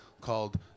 called